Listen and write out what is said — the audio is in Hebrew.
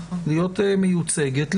להיות מיוצגת,